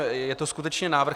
Je to skutečně návrh.